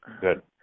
Good